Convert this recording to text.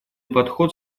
подход